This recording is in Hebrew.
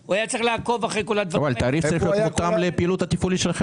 גדול מהתוכנית הוא שאנחנו מוכרים חלק מהנכסים,